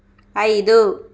ఐదు